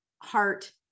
heart